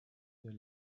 their